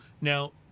now